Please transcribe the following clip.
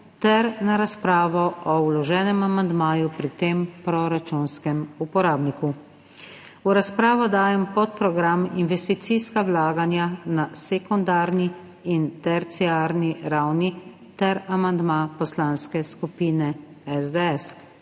ter na razpravo o vloženem amandmaju pri tem proračunskem uporabniku. V razpravo dajem podprogram Investicijska vlaganja na sekundarni in terciarni ravni ter amandma Poslanske skupine SDS.